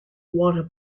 water